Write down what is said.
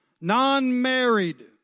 non-married